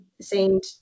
seemed